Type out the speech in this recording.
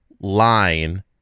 line